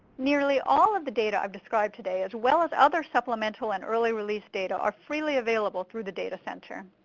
nearly all of the data ive described today, as well as other supplemental and early release data, are freely available through the data center.